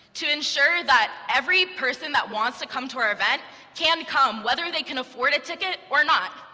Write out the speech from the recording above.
to ensure that every person that wants to come to our event can come, whether they can afford a ticket or not,